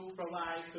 provide